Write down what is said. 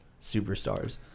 superstars